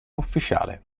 ufficiale